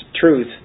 truth